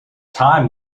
time